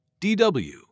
DW